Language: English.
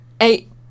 eight